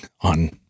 on